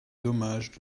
d’hommage